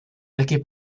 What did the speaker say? attaquer